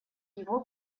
его